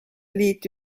liit